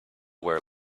where